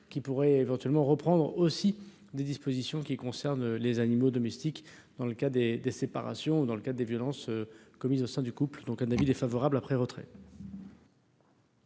qui pourrait éventuellement reprendre aussi des dispositions qui concernent les animaux domestiques dans le cas des des séparations dans le cadre des violences commises au sein du couple, donc un avis défavorable à préretraite.